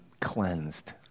cleansed